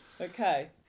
Okay